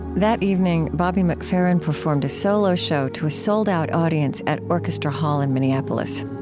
that evening bobby mcferrin performed a solo show to a sold-out audience at orchestra hall in minneapolis.